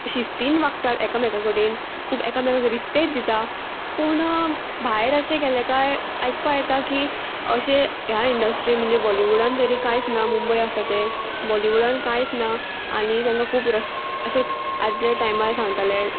शिस्तीन वागतात एकामेका कडेन खूब एकामेकाक रिस्पेद दिता पूण भायर अशें केलें काय आयकपा येता की अशें ह्या इंडस्ट्री म्हणजे बॉलिवूडान तरी कांयच ना मुंबय आसा तें बॉलिवूडान कांयच ना आनी तेंकां खूब रस् अशे आदल्या टायमार सांगताले